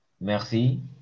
Merci